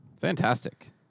Fantastic